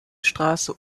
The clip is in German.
straße